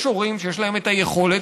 יש הורים שיש להם את היכולת,